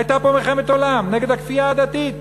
הייתה פה מלחמת עולם נגד הכפייה הדתית,